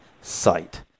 site